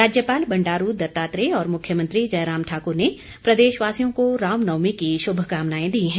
राज्यपाल बंडारू दत्तात्रेय और मुख्यमंत्री जयराम ठाकुर ने प्रदेश वासियों को रामनवमी की शुभकामनाएं दी हैं